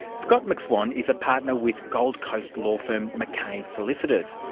scott mcswan is a partner with gold coast law firm mckays solicitors,